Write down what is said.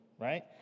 Right